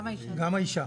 גם האישה.